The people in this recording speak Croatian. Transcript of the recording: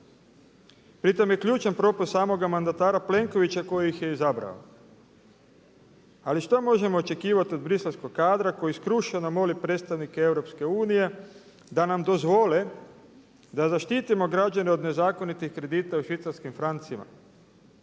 Pri tome je ključan propust samoga mandata Plenkovića koji ih je izabrao. Ali što možemo očekivati od briselskog kadra koji skrušeno moli predstavnike EU da nam dozvole da zaštitimo građane od nezakonitih kredita u švicarskim francima.